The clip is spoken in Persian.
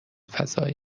فضای